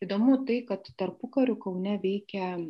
įdomu tai kad tarpukariu kaune veikė